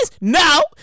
no